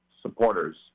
supporters